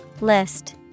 List